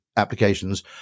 applications